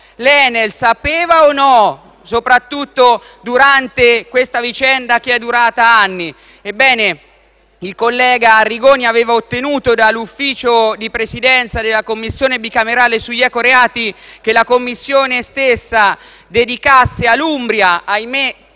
L'ENEL sapeva o no, soprattutto durante questa vicenda, che è durata anni? Ebbene, il collega Arrigoni aveva ottenuto dall'Ufficio di Presidenza della Commissione bicamerale sugli ecoreati che la Commissione stessa redigesse per l'Umbria - ahimè